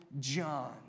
John